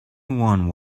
one